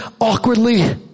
awkwardly